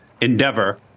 endeavor